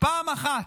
פעם אחת.